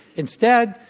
instead,